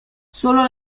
solo